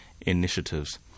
initiatives